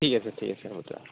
ঠিক আছে ঠিক আছে হ'ব দ